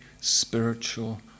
spiritual